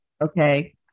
Okay